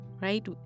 right